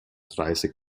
dreißig